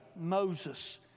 Moses